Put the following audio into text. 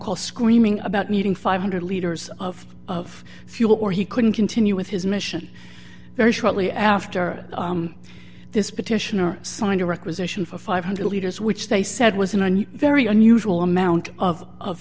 call screaming about needing five hundred liters of of fuel or he couldn't continue with his mission very shortly after this petitioner signed a recreation for five hundred liters which they said was in a new very unusual amount of